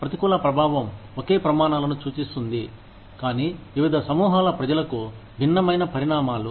ప్రతికూల ప్రభావం ఒకే ప్రమాణాలను సూచిస్తుంది కానీ వివిధ సమూహాల ప్రజలకు భిన్నమైన పరిణామాలు